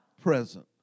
present